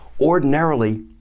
ordinarily